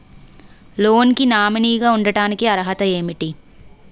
Loan కి nominee గా ఉండటానికి అర్హత ఏమిటి?